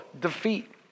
defeat